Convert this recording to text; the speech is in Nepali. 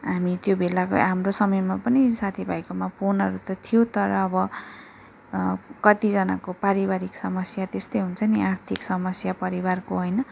हामी त्यो बेलाको हाम्रो समयमा पनि साथीभाइकोमा फोनहरू त थियो तर अब कतिजनाको पारिवारिक समस्या त्यस्तै हुन्छ नि आर्थिक समस्या परिवारको होइन